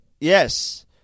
Yes